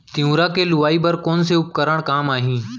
तिंवरा के लुआई बर कोन से उपकरण काम आही?